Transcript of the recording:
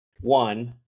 One